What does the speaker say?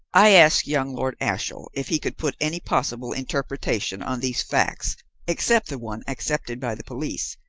i asked young lord ashiel if he could put any possible interpretation on these facts except the one accepted by the police,